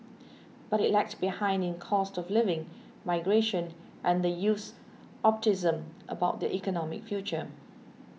but it lagged behind in cost of living migration and the youth's optimism about their economic future